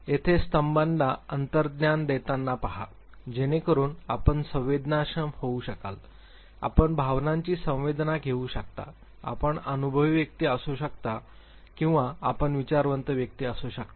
तेथे स्तंभांना अंतर्ज्ञान देताना पहा जेणेकरून आपण संवेदनाक्षम होऊ शकाल आपण भावनांची संवेदना घेऊ शकता आपण अनुभवी व्यक्ती असू शकता किंवा आपण विचारवंत व्यक्ती असू शकता